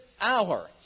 hour